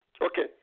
Okay